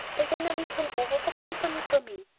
diana will come over for company for me.